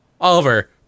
Oliver